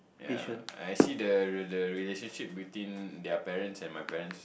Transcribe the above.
ya I see the the relationship between their parents and my parents